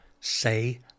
say